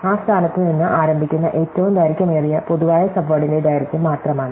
ആ സ്ഥാനത്ത് നിന്ന് ആരംഭിക്കുന്ന ഏറ്റവും ദൈർഘ്യമേറിയ പൊതുവായ സബ്വേഡിന്റെ ദൈർഘ്യം മാത്രമാണ്